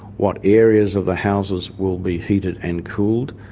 what areas of the houses will be heated and cooled,